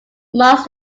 marks